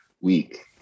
week